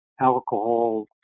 alcohol